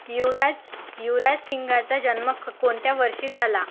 युवराज युवराज सिंगाचा जन्म कक कोणत्या वर्षी झाला